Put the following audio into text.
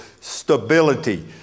stability